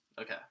Okay